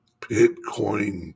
Bitcoin